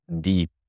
deep